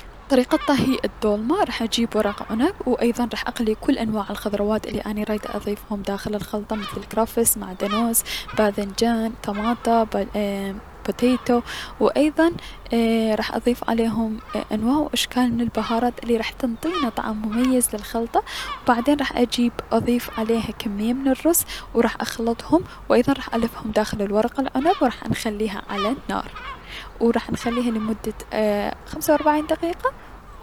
طريقة طهي الدولمة، راح اجيب ورق عنب و راح اقلي كل انواع الخضروات الي اني رايدة اضيفهم داخل الخلطة مثل الكرفس معدنوس باذنجان تماتة ب اي- بتيتو و ايضا اي راح اضيف عليهم انواع و اشكال من البهارات الي راح تنطينا طعم مميز للخلطة، و بعدين راح اجيب اضيف عليها كمية من الرز و راح اخلطها و ايضا راح نخليها داخل ورق العنب و راح نخليها على النار و راح نخليها لمدك خمسة و الربعبن دقيقة.